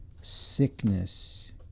sickness